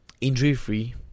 injury-free